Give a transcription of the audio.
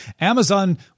Amazon